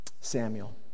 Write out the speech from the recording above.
Samuel